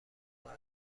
جوان